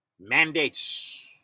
mandates